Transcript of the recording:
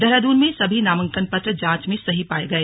देहरादून में सभी नामांकन पत्र जांच में सही पाए गए